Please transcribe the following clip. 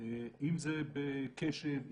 אם זה בקשב,